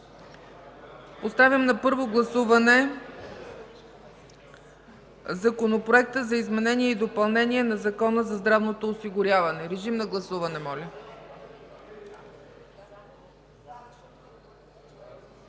Поставям на първо гласуване Законопроект за изменение и допълнение на Закона за здравното осигуряване. Гласували